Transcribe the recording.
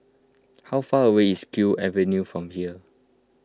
how far away is Kew Avenue from here